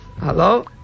Hello